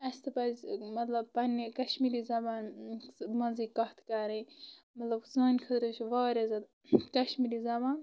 اسہِ تہِ پزِ مطلب پنٕنی کشمیٖری زبان منٛزٕے کتھ کرٕنۍ مطلب سانہِ خٲطرٕ چھُ واریاہ زیادٕ کشمیٖری زبان